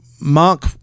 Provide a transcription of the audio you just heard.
Mark